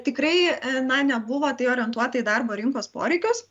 tikrai na nebuvo tai orientuota į darbo rinkos poreikius